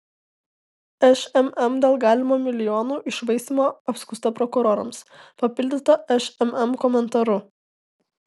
šmm dėl galimo milijonų iššvaistymo apskųsta prokurorams papildyta šmm komentaru